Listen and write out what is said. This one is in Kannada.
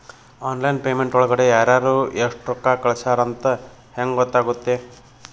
ಆನ್ಲೈನ್ ಪೇಮೆಂಟ್ ಒಳಗಡೆ ಯಾರ್ಯಾರು ಎಷ್ಟು ರೊಕ್ಕ ಕಳಿಸ್ಯಾರ ಅಂತ ಹೆಂಗ್ ಗೊತ್ತಾಗುತ್ತೆ?